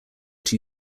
two